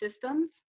systems